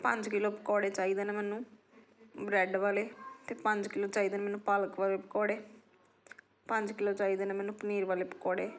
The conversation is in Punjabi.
ਪੰਜ ਕਿਲੋ ਪਕੌੜੇ ਚਾਹੀਦੇ ਨੇ ਮੈਨੂੰ ਬਰੈਡ ਵਾਲੇ ਅਤੇ ਪੰਜ ਕਿਲੋ ਚਾਹੀਦੇ ਨੇ ਮੈਨੂੰ ਪਾਲਕ ਵਾਲੇ ਪਕੌੜੇ ਪੰਜ ਕਿਲੋ ਚਾਹੀਦੇ ਨੇ ਮੈਨੂੰ ਪਨੀਰ ਵਾਲੇ ਪਕੌੜੇ